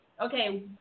okay